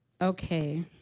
Okay